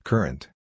Current